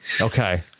Okay